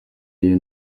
y’iyo